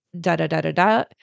da-da-da-da-da